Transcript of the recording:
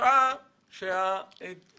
ושהתוצאה הייתה שהציבור